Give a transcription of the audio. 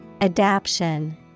Adaption